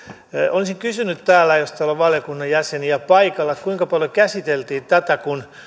olisin kysynyt jos täällä on valiokunnan jäseniä paikalla kuinka paljon käsiteltiin tätä